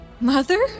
mother